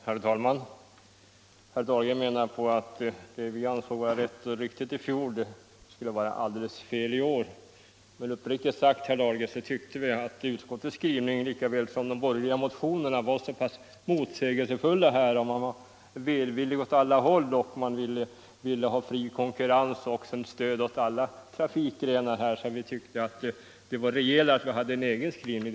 Herr talman! Herr Dahlgren menar att vad vi ansåg vara rätt och riktigt i fjol skulle vi anse vara alldeles fel i år. Men uppriktigt sagt tycker vi att utskottets skrivning i år är motsägelsefull liksom de borgerliga motionerna. Man är välvillig åt alla håll på en gång och vill ha fri konkurrens och stöd åt alla trafikgrenar. Detta är orsaken till att vi ansåg att det var rejälare att vi hade en egen skrivning.